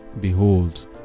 Behold